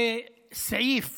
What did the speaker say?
שסעיף